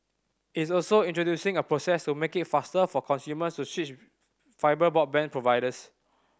it's also introducing a process to make it faster for consumers to switch fibre broadband providers